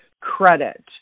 credit